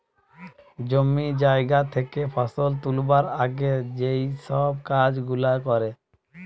জমি জায়গা থেকে ফসল তুলবার আগে যেই সব কাজ গুলা করে